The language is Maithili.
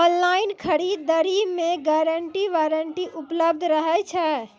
ऑनलाइन खरीद दरी मे गारंटी वारंटी उपलब्ध रहे छै?